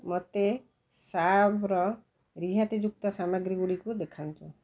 ମୋତେ ଶାବ୍ର ରିହାତିଯୁକ୍ତ ସାମଗ୍ରୀଗୁଡ଼ିକୁ ଦେଖାନ୍ତୁ